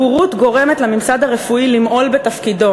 הבורות גורמת לממסד הרפואי למעול בתפקידו